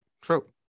True